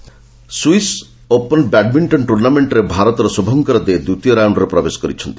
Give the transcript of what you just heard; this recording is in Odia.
ବ୍ୟାଡମିଣ୍ଟନ୍ ସ୍ପିସ୍ ସପନ୍ ବ୍ୟାଡମିଣ୍ଟନ ଟୁର୍ଣ୍ଣାମେଣ୍ଟରେ ଭାରତର ଶୁଭଙ୍କର ଦେ ଦ୍ୱିତୀୟ ରାଉଣ୍ଡରେ ପ୍ରବେଶ କରିଛନ୍ତି